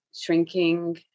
shrinking